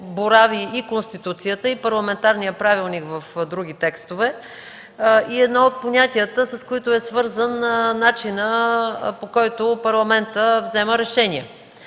борави и Конституцията, и Парламентарният правилник в други текстове. То е едно и от понятията, свързано с начина, по който Парламентът взема решение.